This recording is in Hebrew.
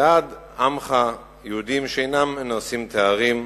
ועד עמך, יהודים שאינם נושאים תארים.